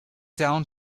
down